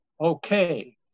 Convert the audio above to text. Okay